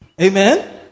Amen